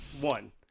one